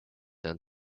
and